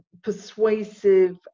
persuasive